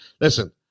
listen